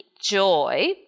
Joy